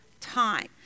time